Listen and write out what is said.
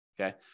Okay